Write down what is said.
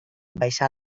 baixà